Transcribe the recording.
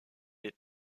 des